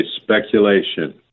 speculation